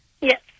Yes